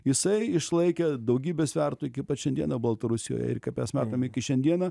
jisai išlaikė daugybę svertų iki pat šiandieną baltarusijoj ir kaip mes matom iki šiandieną